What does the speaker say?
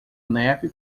neve